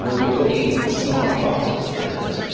we are talking smart plasters, for instance,